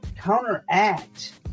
counteract